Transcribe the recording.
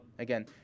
Again